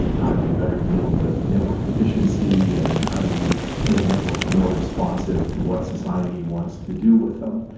how do we better deal with network efficiency, and how do we make networks more responsive to what society wants to do with them?